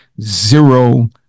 zero